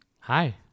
Hi